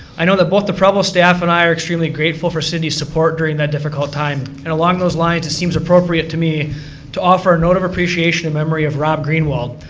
i know that both the preble staff and i are extremely grateful for cindy's support during that difficult full-time. and along those lines it seems appropriate to me to offer a note of appreciation and memory of rob greenwald,